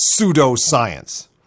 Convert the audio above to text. pseudoscience